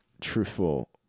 truthful